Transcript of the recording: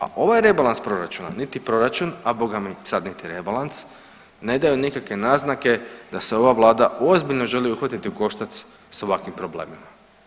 A ovaj rebalans proračuna, niti proračun, a Boga mi, sada niti rebalans ne daju nikakve naznake da se ova Vlada ozbiljno želi uhvatiti ukoštac s ovakvim problemima.